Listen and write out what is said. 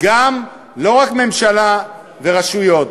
לא רק הממשלה והרשויות,